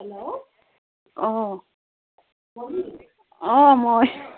hello অঁ মণি অঁ মই